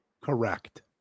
Correct